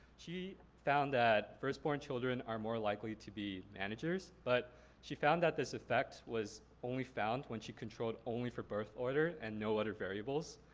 she found that first born children are more likely to be managers. but she found out this effect was only found when she controlled only for birth order and no other variables.